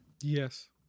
Yes